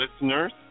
listeners